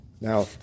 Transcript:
Now